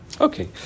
Okay